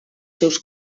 seus